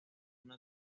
una